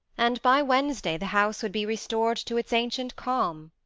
and by wednesday the house would be restored to its ancient calm.